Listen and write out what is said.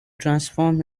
transform